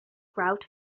grout